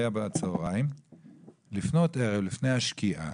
טרופר, ביומו תיתן שכרו,